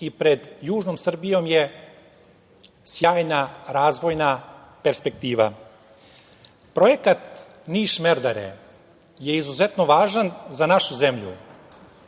i pred južnom Srbijom je sjajna razvojna perspektiva. Projekat Niš-Merdare je izuzetno važan za našu zemlju,